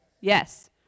yes